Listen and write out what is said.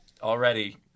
Already